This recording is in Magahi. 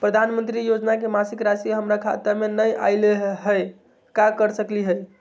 प्रधानमंत्री योजना के मासिक रासि हमरा खाता में नई आइलई हई, का कर सकली हई?